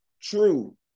True